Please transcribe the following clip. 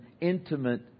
intimate